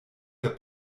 der